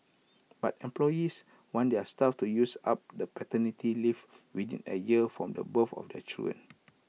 but employees want their staff to use up the paternity leave within A year from the birth of their children